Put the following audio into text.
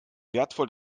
wertvoll